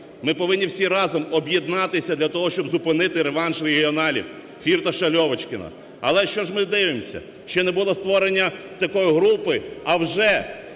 Ми повинні всі разом об'єднатися для того, щоб зупинити реванш регіоналів – Фірташа, Львочкіна. Але що ж ми дивимося? Ще не було створення такої групи, а вже